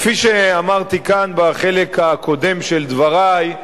כפי שאמרתי כאן בחלק הקודם של דברי,